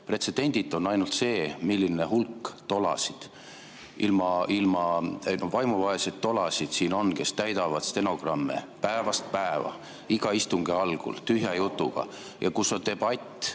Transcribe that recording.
Pretsedenditu on ainult see, milline hulk tolasid, vaimuvaeseid tolasid siin on, kes täidavad stenogramme päevast päeva iga istungi algul tühja jutuga, kus on debatt